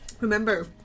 remember